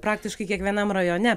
praktiškai kiekvienam rajone